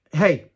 hey